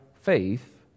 faith